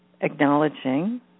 acknowledging